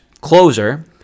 closer